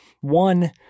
One